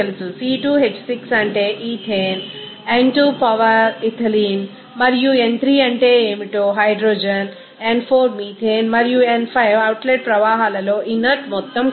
C2H6 అంటే ethane n2 power ethylene మరియు n3 అంటే ఏమిటో హైడ్రోజన్ n4 మీథేన్ మరియు n5 అవుట్లెట్ ప్రవాహాలలో ఇనర్ట్ మొత్తం కోసం